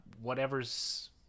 whatever's